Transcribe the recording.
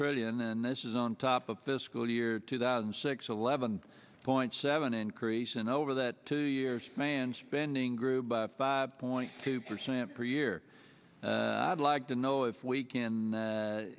trillion and this is on top of the school year two thousand and six a level one point seven increase and over that two years man spending grew by five point two percent per year i'd like to know if we can